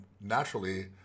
naturally